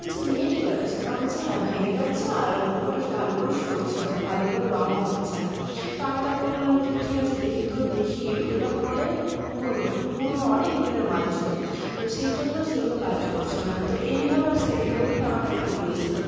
আমি বলছি ভেঙ্গে কি যাচ্ছে না বলছে হ্যাঁ ভেঙ্গে যাচ্ছে আর ওটা ভালো করে সরছেও না ভালো করে রঙও হচ্ছে না তো আমি তারপর বললাম যে ঠিক আছে দেখি তো দেখি যে ওটা পুরোটাই পুরোনো পুরোনো অনেক দিনের মাল ছিল তো সেই জন্য সেইগুলো কাজ করছিলো না তো এইভাবে লোকটি আমাকে ঠকিয়ে ছিল